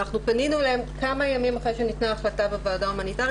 אנחנו פנינו אליהם כמה ימים אחרי שניתנה ההחלטה בוועדה ההומניטרית.